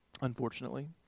unfortunately